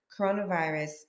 coronavirus